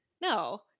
No